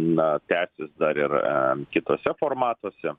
na tęsis dar ir kituose formatuose